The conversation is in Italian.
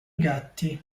gatti